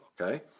okay